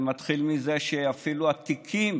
זה מתחיל מזה שאפילו התיקים